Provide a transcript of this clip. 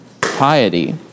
piety